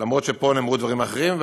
אף-על-פי שפה נאמרו דברים אחרים,